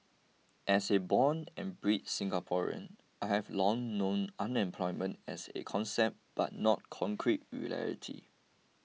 as a born and bred Singaporean I have long known unemployment as a concept but not concrete reality